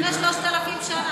לפני 3,000 שנה.